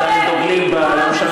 אתה יכול להגיד מה הממשלה